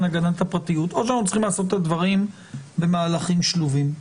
הגנת הפרטיות או שאנחנו צריכים לעשות את הדברים במהלכים שלובים?